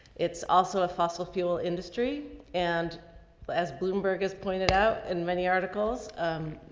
it's also a fossil fuel industry and as bloomberg has pointed out and many articles, um,